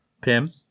Pim